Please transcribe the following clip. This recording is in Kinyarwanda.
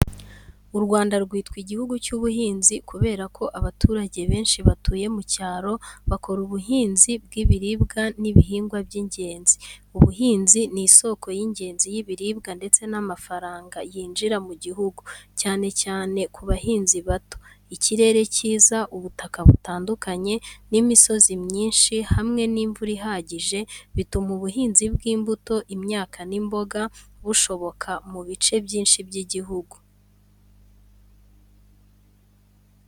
U Rwanda rwitwa igihugu cy’ubuhinzi kubera ko abaturage benshi batuye mu cyaro bakora ubuhinzi bw’ibiribwa n’ibihingwa by’ingenzi. Ubuhinzi ni isoko y’ingenzi y’ibiribwa ndetse n’amafaranga yinjira mu gihugu, cyane cyane ku bahinzi bato. Ikirere cyiza, ubutaka butandukanye n’imisozi myinshi hamwe n’imvura ihagije bituma ubuhinzi bw’imbuto, imyaka n’imboga bushoboka mu bice byinshi by’igihugu.